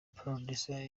producer